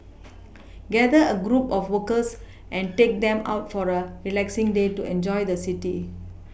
gather a group of workers and take them out for a relaxing day to enjoy the city